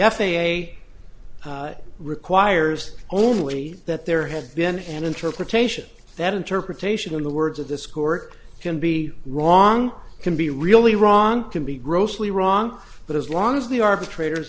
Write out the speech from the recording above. a a requires only that there has been an interpretation that interpretation in the words of this court can be wrong can be really wrong can be grossly wrong but as long as the arbitrators